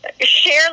Share